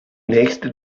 nächste